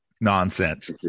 nonsense